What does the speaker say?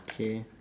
okay